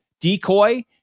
decoy